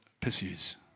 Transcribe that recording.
pursues